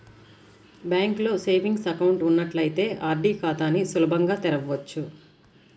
బ్యాంకులో savings account ఉన్నట్లయితే RD ఖాతాని సులభంగా తెరవచ్చు